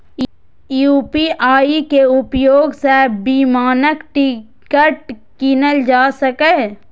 UPI के उपयोग सं विमानक टिकट कीनल जा सकैए